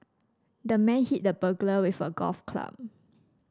the man hit the burglar with a golf club